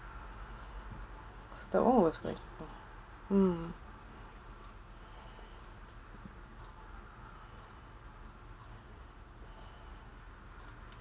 that [one] was good mm